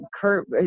Kurt